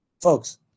Folks